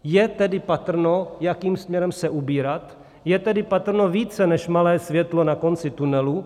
Je tedy patrné, jakým směrem se ubírat, je tedy patrné více než malé světlo na konci tunelu.